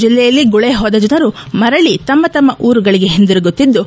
ಜಿಲ್ಲೆಯಲ್ಲಿ ಗುಳೆಹೋದ ಜನರು ಮರಳಿ ತಮ್ಮ ತಮ್ಮ ಊರುಗಳಿಗೆ ಹಿಂದಿರುಗುತ್ತಿದ್ದು